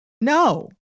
No